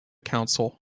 council